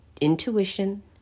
intuition